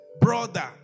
brother